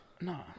no